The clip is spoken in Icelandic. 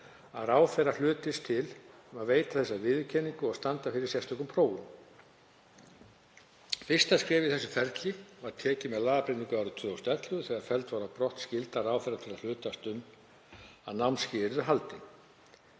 að ráðherra hlutist til um að veita þessa viðurkenningu og standa fyrir sérstökum prófum. Fyrsta skrefið í þessu ferli var tekið með lagabreytingu árið 2011 þegar felld var brott skylda ráðherra til að hlutast til um að námskeið yrðu haldin.